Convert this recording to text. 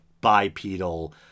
bipedal